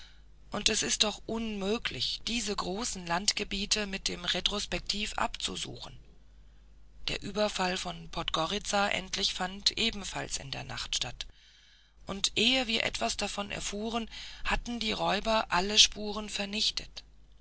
und es ist doch unmöglich diese großen landgebiete mit dem retrospektiv abzusuchen der überfall von podgoritza endlich fand ebenfalls in der nacht statt und ehe wir etwas davon erfuhren hatten die räuber alle spuren vernichtet